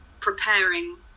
preparing